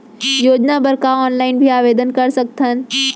योजना बर का ऑनलाइन भी आवेदन कर सकथन?